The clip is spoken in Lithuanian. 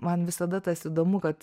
man visada tas įdomu kad